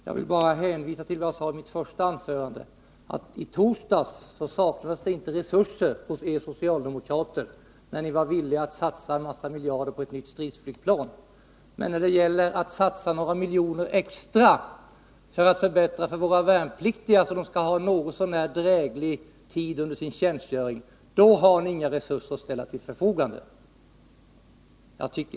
Jag vill bara hänvisa till vad jag sade i mitt första anförande, att i torsdags saknades det inte resurser hos er socialdemokrater, när ni var villiga att satsa en massa miljarder på ett nytt stridsflygplan. Men när det gäller att satsa några miljoner extra för att förbättra förhållandena för våra värnpliktiga, så att de skall ha en något så när dräglig tid under sin tjänstgöring, har ni inga resurser att ställa till förfogande.